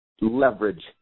leverage